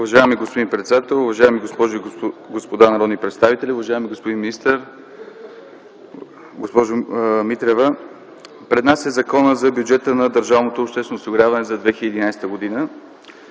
Уважаеми господин председател, уважаеми госпожи и господа народни представители, уважаеми господин министър, госпожо Митрева! Пред нас е Законът за бюджета на държавното обществено осигуряване за 2011 г.